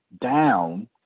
down